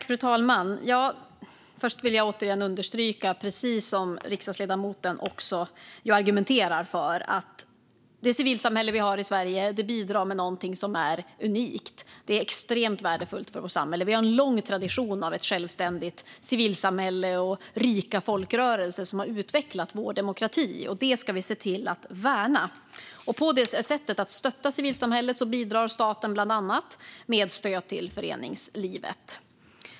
Fru talman! Först vill jag återigen understryka, precis som riksdagsledamoten också argumenterar för, att det civilsamhälle vi har i Sverige bidrar med någonting som är unikt. Det är extremt värdefullt för vårt samhälle. Vi har en lång tradition av ett självständigt civilsamhälle och rika folkrörelser som har utvecklat vår demokrati. Det ska vi värna, och för att stötta civilsamhället bidrar staten bland annat med stöd till föreningslivet.